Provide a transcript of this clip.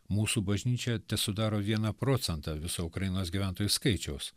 mūsų bažnyčia tesudaro vieną procentą viso ukrainos gyventojų skaičiaus